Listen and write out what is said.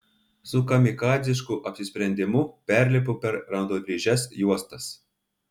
su kamikadzišku apsisprendimu perlipu per raudondryžes juostas